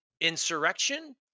insurrection